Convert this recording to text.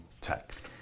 text